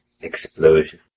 explosion